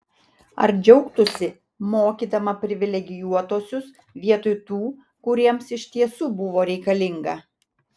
ar džiaugtųsi mokydama privilegijuotuosius vietoj tų kuriems iš tiesų buvo reikalinga